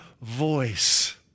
voice